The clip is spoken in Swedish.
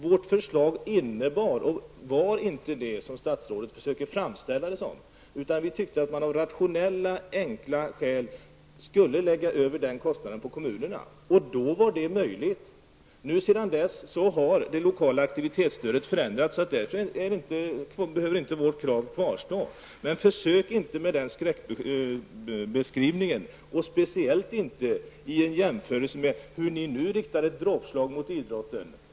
Vårt förslag ser inte ut så som statsrådet försöker framställa det. Vi tyckte att man av rationella, enkla skäl skulle lägga över den kostnaden på kommunerna. När förslaget framfördes var det möjligt. Sedan dess har det lokala aktivitetsstödet förändrats, och därför behöver inte vårt krav kvarstå. Försök inte komma med en sådan skräckbeskrivning, särskilt inte i jämförelse med hur ni nu riktar ett dråpslag mot idrotten.